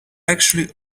actually